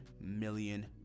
million